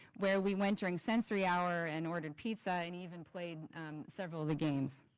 where we went during sensory hour and ordered pizza and even played several of the games.